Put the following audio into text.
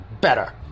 better